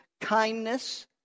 kindness